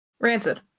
Rancid